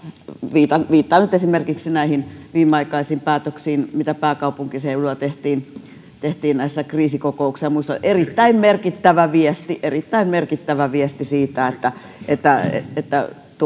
viittaan viittaan nyt esimerkiksi näihin viimeaikaisiin päätöksiin mitä pääkaupunkiseudulla tehtiin tehtiin näissä kriisikokouksissa ja muissa erittäin merkittävä viesti erittäin merkittävä viesti siitä että että